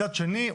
מצד שני,